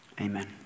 Amen